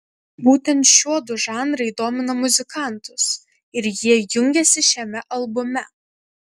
būtent šiuodu žanrai domina muzikantus ir jie jungiasi šiame albume